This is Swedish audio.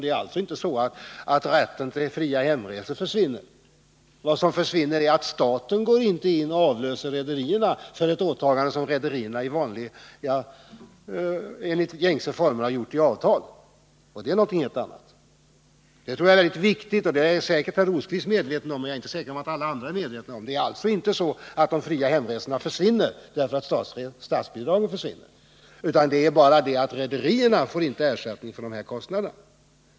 Det är alltså inte så att rätten till fria hemresor försvinner. Staten löser inte rederierna från ett åtagande som rederier enligt gängse former tidigare har förbundit sig för i avtal. Detta tror jag det är väldigt viktigt att klargöra — och jag är säker på att Birger Rosqvist är medveten om det. Men jag är inte lika säker på att alla andra är medvetna om det. De fria hemresorna försvinner inte när statsbidragen försvinner, utan skillnaden blir bara den att rederierna inte får ersättning för kostnaderna för dem.